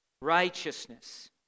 Righteousness